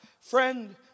Friend